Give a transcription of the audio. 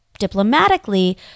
Diplomatically